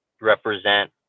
represent